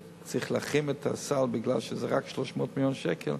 צריך להחרים את הסל בגלל שזה רק 300 מיליון שקל,